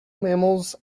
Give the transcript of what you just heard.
mammals